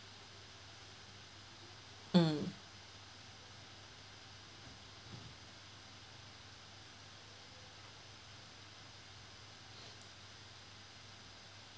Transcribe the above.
mm